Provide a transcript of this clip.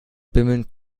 bimmelnd